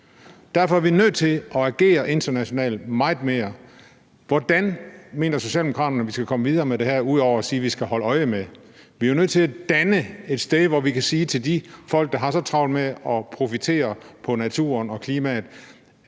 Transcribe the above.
Derfor er vi nødt til at agere meget mere internationalt. Hvordan mener Socialdemokraterne, at vi skal komme videre med det her, ud over at sige, at vi skal holde øje med det? Vi er jo nødt til at danne et sted, hvor vi kan sige til de folk, der har så travlt med at profitere på naturen og klimaet,